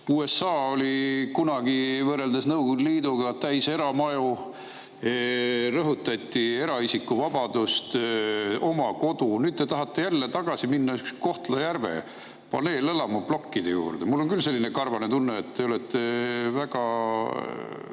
USA oli kunagi võrreldes Nõukogude Liiduga täis eramaju, rõhutati eraisiku vabadust, oma kodu. Nüüd te tahate jälle tagasi minna Kohtla-Järve paneelelamuplokkide juurde. Mul on küll selline karvane tunne, et te olete väga